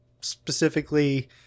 specifically